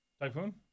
Typhoon